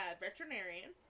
veterinarian